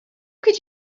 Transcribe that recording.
could